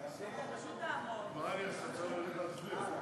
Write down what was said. פשוט תעמוד, מה אני אעשה, צריך ללכת להצביע.